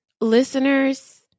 Listeners